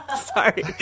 Sorry